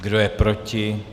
Kdo je proti?